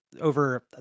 over